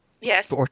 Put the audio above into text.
Yes